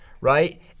right